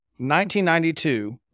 1992